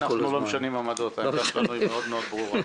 אנחנו לא משנים עמדות, העמדה שלנו היא מאוד ברורה.